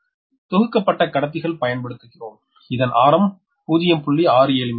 நாம் தொகுக்கப்பட்ட கடத்திகள் பயன்படுத்துகிறோம் இதன் ஆரம் 0